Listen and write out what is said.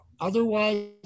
otherwise